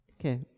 Okay